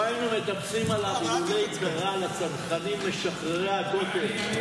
לא היינו מטפסים עליו אילולא קרא לצנחנים משחררי הכותל.